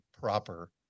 proper